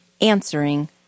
Answering